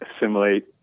assimilate